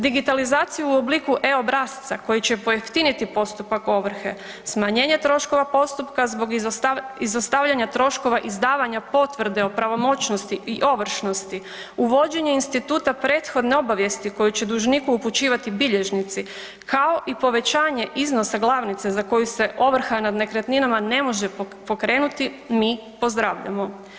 Digitalizaciju u obliku e-obrasca koji će pojeftiniti postupak ovrhe, smanjenje troškova postupka zbog izostavljanja troškova izdavanja potvrde o pravomoćnosti i ovršnosti, uvođenje instituta prethodne obavijesti koju će dužniku upućivati bilježnici, kao i povećanje iznosa glavnice za koju se ovrha nad nekretninama ne može pokrenuti mi pozdravljamo.